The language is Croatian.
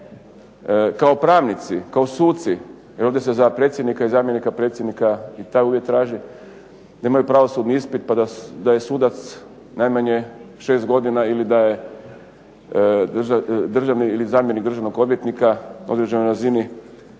kao pravnici, kao suci, jer ovdje se za predsjednika i zamjenika predsjednika i taj uvjet traži, da imaju pravosudni ispit pa da je sudac najmanje 6 godina ili da je državni ili zamjenik državnog odvjetnika na određenoj razini